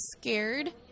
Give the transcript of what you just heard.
scared